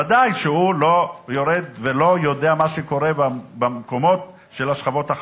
ודאי שהוא לא יורד ולא יודע מה קורה בשכבות החלשות,